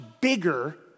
bigger